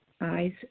eyes